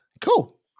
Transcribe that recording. Cool